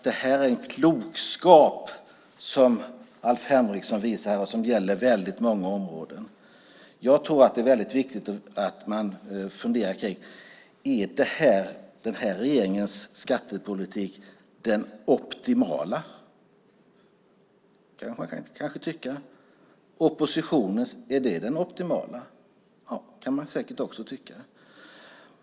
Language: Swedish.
Det här är en klokskap som Alf Henrikson visar och som gäller väldigt många områden. Jag tror att det är väldigt viktigt att man funderar på: Är den här regeringens skattepolitik den optimala? Det kan man kanske tycka. Är oppositionens den optimala? Ja, det kan man säkert också tycka.